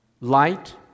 light